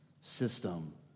system